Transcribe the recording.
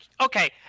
okay